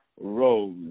Rose